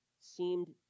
seemed